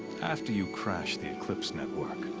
after you crashed the eclipse network.